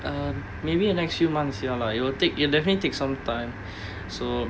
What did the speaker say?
uh maybe next few months ya lah it will take it will definitely take some time so